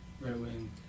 right-wing